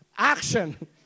Action